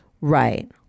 Right